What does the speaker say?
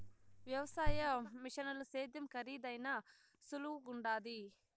వ్యవసాయ మిషనుల సేద్యం కరీదైనా సులువుగుండాది